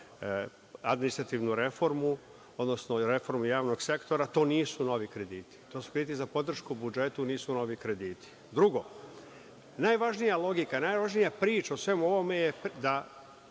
administrativnu reformo, odnosno reformu javnog sektora, to nisu novi krediti. To su krediti za podršku budžetu, nisu novi krediti. Drugo, najvažnija logika, najvažnija priča u svemu ovome je da